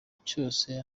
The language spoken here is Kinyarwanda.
cyose